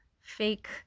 fake